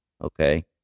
Okay